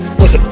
Listen